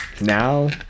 Now